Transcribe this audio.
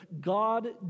God